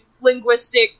linguistic